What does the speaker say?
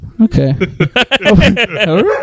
Okay